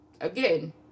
again